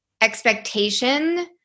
expectation